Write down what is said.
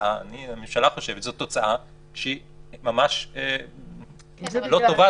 הממשלה חושבת שזאת תוצאה שהיא ממש לא טובה,